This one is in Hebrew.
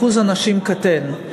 אחוז הנשים קטן.